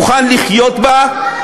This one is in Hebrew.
מוכן לחיות בה,